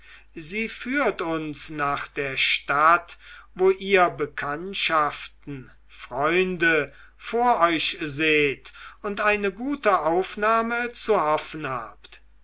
sie führt uns nach der stadt wo ihr bekanntschaften freunde vor euch seht und eine gute aufnahme zu hoffen habt